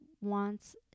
wants